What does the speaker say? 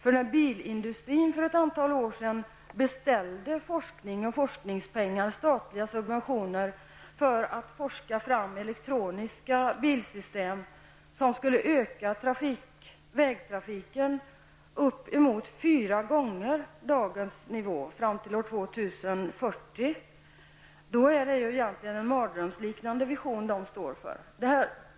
För ett antal år sedan beställde bilindustrin forskning och forskningspengar, statliga subventioner, för att forska fram elektroniska bilsystem innebärande att biltrafiken skulle bli uppemot fyra gånger större fram till år 2040 jämfört med dagens nivå. Det är egentligen en mardrömsliknande vision som man står för.